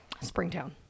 Springtown